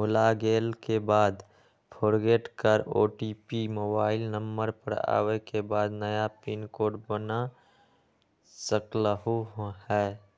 भुलागेल के बाद फोरगेट कर ओ.टी.पी मोबाइल नंबर पर आवे के बाद नया पिन कोड बना सकलहु ह?